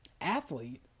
athlete